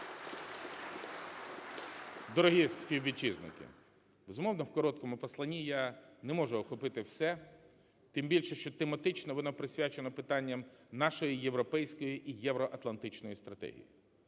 Дорогі співвітчизники! Безумовно, в короткому посланні я не можу охопити все, тим більше, що тематично воно присвячено питанням нашої європейської і євроатлантичної стратегії.